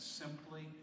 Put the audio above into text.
simply